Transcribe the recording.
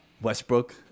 Westbrook